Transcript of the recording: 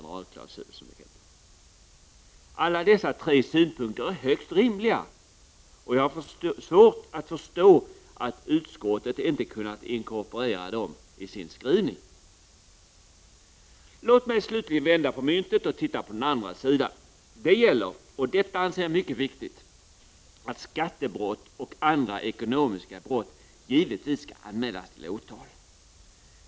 Alla dessa tre synpunkter är högst rimliga, och jag har svårt att förstå att utskottet inte kunnat inkorporera dem i sin skrivning. Låt mig slutligen vända på myntet och titta på den andra sidan. Det gäller, och detta anser jag mycket viktigt, att skattebrott och andra ekonomiska = Prot. 1989/90:35 brott givetvis skall anmälas till åtal.